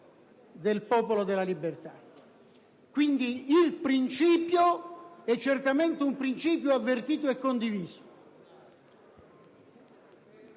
del Popolo della Libertà. Quindi, il principio è certamente avvertito e condiviso...